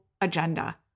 agenda